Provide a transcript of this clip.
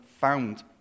found